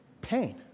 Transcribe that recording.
pain